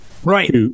right